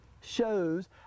shows